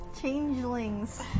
changelings